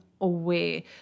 away